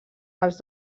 els